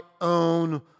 own